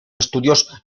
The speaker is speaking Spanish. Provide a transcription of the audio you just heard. estudios